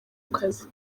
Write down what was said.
kazi